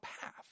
path